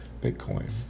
Bitcoin